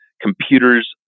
computers